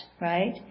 right